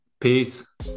peace